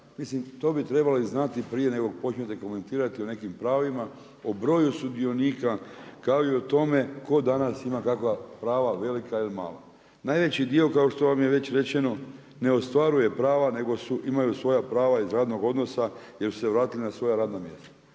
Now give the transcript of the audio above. to bi trebalo znati i prije nego što počnete komentirati o nekim pravima, o broju sudionika, kao i o tome tko danas ima kakva prava velika ili mala. Najveći dio kao što vam je već rečeno, ne ostvaruje prava, nego imaju svoja prava iz radnog odnosa, jer su se vratili na svoja radna mjesta.